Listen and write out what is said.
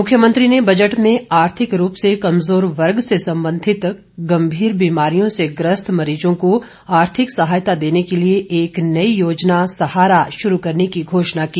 मुख्यमंत्री ने बजट में आर्थिक रूप से कमजोर वर्ग से सबंधित गंभीर बीमारियों से ग्रस्त मरीजों को आर्थिक सहायता देने के लिए एक नई योजना सहारा शुरू करने की घोषणा की